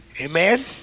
amen